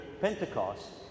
Pentecost